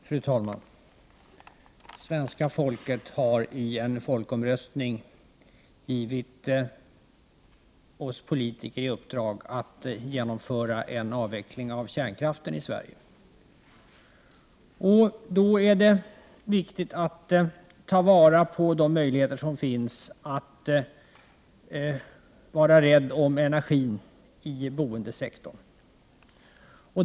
Fru talman! Svenska folket har i en folkomröstning givit oss politiker i uppdrag att genomföra en avveckling av kärnkraften i Sverige. Då är det viktigt att ta vara på de möjligheter som finns att vara rädd om energin i boendesektorn.